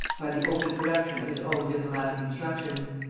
by the open production of his own diplomatic instructions.